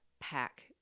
pack